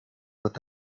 with